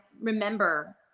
remember